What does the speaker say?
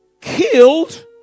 killed